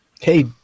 Hey